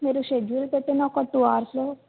మీరు షెడ్యూల్ పెట్టిన ఒక టూ అవర్స్లో